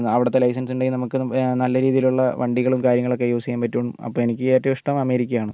അവിടുത്തെ ലൈസൻസ് ഉണ്ടെങ്കിൽ നമുക്ക് നല്ല രീതിയിൽ ഉള്ള വണ്ടികളും കാര്യങ്ങളും യൂസ് ചെയ്യാൻ പറ്റും അപ്പോൾ എനിക്ക് ഏറ്റവും ഇഷ്ടം അമേരിക്ക ആണ്